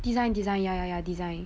design design ya ya ya design